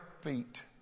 feet